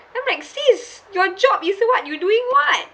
I'm like sis your job is what you doing what